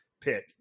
pick